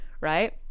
right